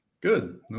Good